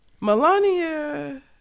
Melania